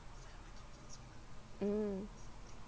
mm